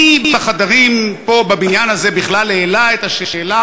מי בחדרים פה בבניין הזה בכלל העלה את השאלה